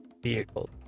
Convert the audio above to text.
vehicle